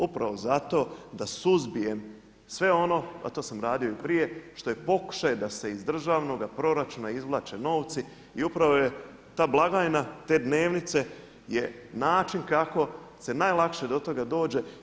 Upravo zato da suzbijem sve ono, a to sam radio i prije što je pokušaj da se iz državnoga proračuna izvlače novci i upravo je ta blagajna, te dnevnice je način kako se najlakše do toga dođe.